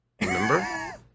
Remember